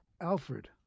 Alfred